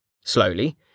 Slowly